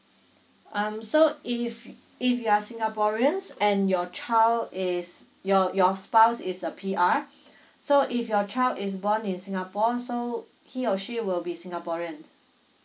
um so if if you are singaporeans and your child is your your spouse is a P_R so if your child is born in singapore so he or she will be singaporean